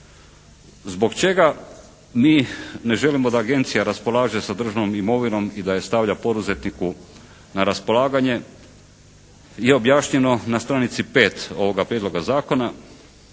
Zbog čega mi ne želimo da Agencija raspolaže sa državnom imovinom i da je stavlja poduzetniku na raspolaganje je objašnjeno na stranici 5. ovoga Prijedloga zakona